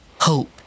Hope